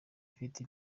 ifite